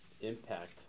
impact